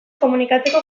komunikatzeko